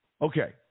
Okay